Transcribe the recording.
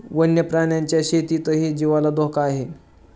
वन्य प्राण्यांच्या शेतीतही जीवाला धोका आहे